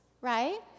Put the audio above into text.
right